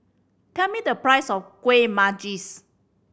tell me the price of Kuih Manggis